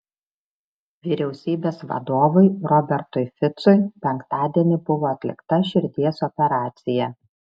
vyriausybės vadovui robertui ficui penktadienį buvo atlikta širdies operacija